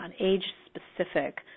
age-specific